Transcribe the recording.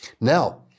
Now